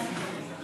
למה הממשלה התנגדה?